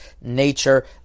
nature